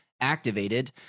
activated